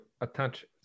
attach